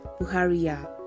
Buhariya